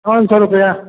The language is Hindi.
पाँच सौ रुपये